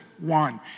one